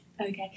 Okay